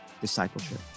discipleship